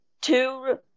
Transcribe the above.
two